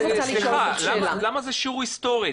למה זה שיעור היסטורי?